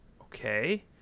okay